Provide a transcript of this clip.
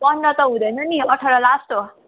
पन्ध्र त हुँदैन नि अठार लास्ट हो